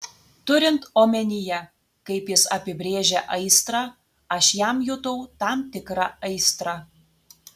turint omenyje kaip jis apibrėžia aistrą aš jam jutau tam tikrą aistrą